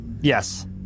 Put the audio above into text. Yes